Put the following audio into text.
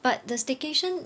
but the staycation